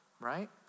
right